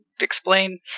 explain